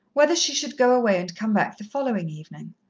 whether she should go away and come back the following evening.